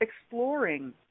exploring